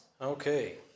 Okay